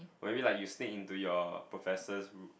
maybe like you speak into your professors